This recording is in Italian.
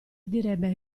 direbbe